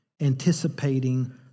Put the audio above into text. Anticipating